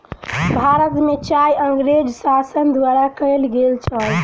भारत में चाय अँगरेज़ शासन द्वारा कयल गेल छल